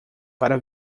para